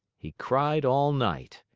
he cried all night,